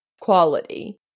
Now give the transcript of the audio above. quality